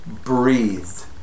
breathed